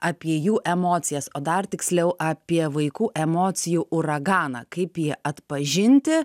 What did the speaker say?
apie jų emocijas o dar tiksliau apie vaikų emocijų uraganą kaip jį atpažinti